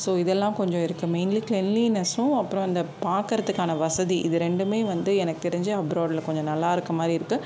so இதெல்லாம் கொஞ்சம் இருக்கு மெயின்லி க்ளெல்னினஸ்ஸும் அப்புறம் அந்த பார்க்கறத்துக்கான வசதி இது ரெண்டுமே வந்து எனக்கு தெரிஞ்சி அப்ராட்டில் கொஞ்சம் நல்லா இருக்க மாரி இருக்கு